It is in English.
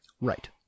right